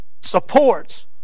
supports